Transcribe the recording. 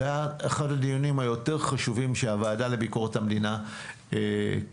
זה היה אחד הדיונים היותר חשובים שהוועדה לביקורת המדינה קיימה.